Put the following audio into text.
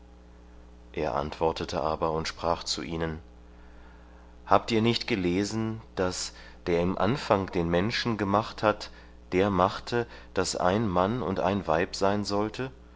er antwortete aber und sprach zu ihnen habt ihr nicht gelesen daß der im anfang den menschen gemacht hat der machte daß ein mann und ein weib sein sollte